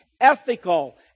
ethical